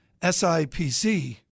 SIPC